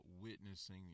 witnessing